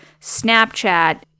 snapchat